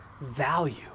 value